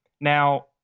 Now